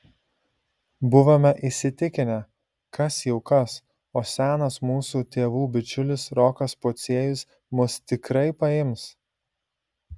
buvome įsitikinę kas jau kas o senas mūsų tėvų bičiulis rokas pociejus mus tikrai paims